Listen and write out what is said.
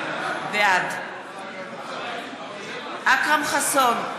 בעד אכרם חסון,